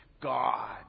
God